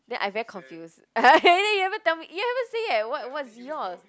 then I very confused then you haven't tell me you haven't say yet [what] what's yours